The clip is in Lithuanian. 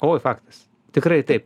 oi faktas tikrai taip